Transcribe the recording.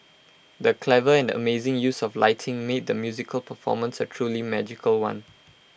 the clever and amazing use of lighting made the musical performance A truly magical one